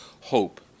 hope